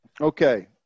Okay